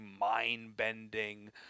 mind-bending